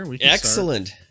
Excellent